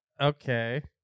Okay